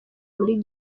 muri